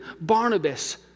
Barnabas